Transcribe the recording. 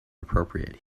appropriate